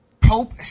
Pope